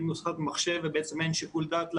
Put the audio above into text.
נוסף במחשב ובעצם אין שיקול דעת לוועדה.